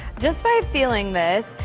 just by feeling this,